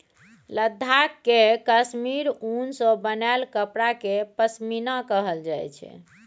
लद्दाख केर काश्मीर उन सँ बनाएल कपड़ा केँ पश्मीना कहल जाइ छै